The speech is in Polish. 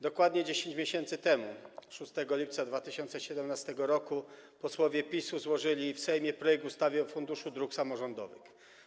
Dokładnie 10 miesięcy temu, 6 lipca 2017 r., posłowie PiS-u złożyli w Sejmie projekt ustawy o Funduszu Dróg Samorządowych.